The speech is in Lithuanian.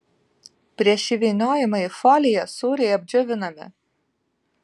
prieš įvyniojimą į foliją sūriai apdžiovinami